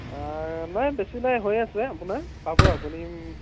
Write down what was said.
নাই বেছি নাই হৈ আছে আপোনাৰ পাব আপুনি